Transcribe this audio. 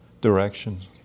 directions